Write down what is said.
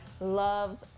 loves